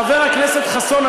חבר הכנסת חסון,